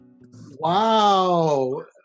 Wow